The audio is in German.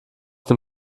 dem